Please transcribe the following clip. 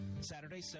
Saturday